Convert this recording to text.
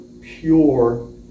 pure